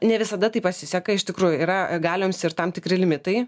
ne visada taip pasiseka iš tikrųjų yra galioms ir tam tikri limitai